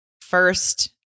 first